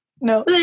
no